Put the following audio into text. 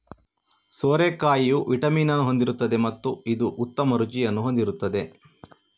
ಸೋರೆಕಾಯಿಯು vitamin ಅನ್ನು ಹೊಂದಿರುತ್ತದೆ ಮತ್ತು ಇದು ಉತ್ತಮ ರುಚಿಯನ್ನು ಹೊಂದಿರುತ್ತದೆ